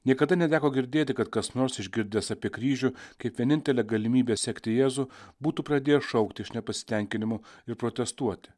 niekada neteko girdėti kad kas nors išgirdęs apie kryžių kaip vienintelę galimybę sekti jėzų būtų pradėjęs šaukti iš nepasitenkinimo ir protestuoti